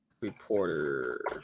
Reporter